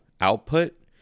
output